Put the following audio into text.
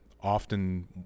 Often